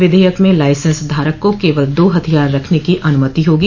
विधेयक में लाइसेंस धारक को केवल दो हथियार रखने की अन्मति होगी